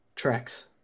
Tracks